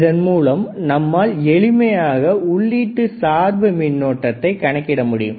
இதன் மூலம் நம்மால் எளிமையாக உள்ளிட்டு சார்பு மின்னோட்டத்தை கணக்கிட முடியும்